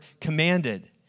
commanded